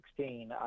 2016